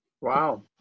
wow